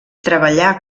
treballà